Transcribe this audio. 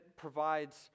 provides